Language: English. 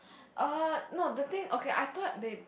ah no the thing okay I thought they